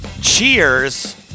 Cheers